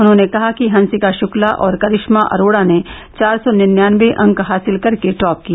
उन्होंने कहा कि हंसिका शुक्ला और करिश्मा अरोड़ा ने चार सौ निन्यानबे अंक हासिल करके टॉप किया